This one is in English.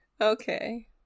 Okay